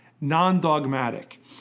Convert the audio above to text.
Non-dogmatic